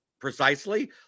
precisely